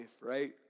right